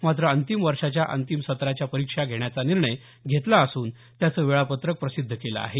मात्र अंतिम वर्षाच्या अंतिम सत्राच्या परीक्षा घेण्याचा निर्णय घेतला असून त्याचं वेळापत्रक प्रसिद्ध केलं आहे